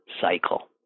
cycle